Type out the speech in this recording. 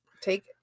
Take